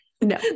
No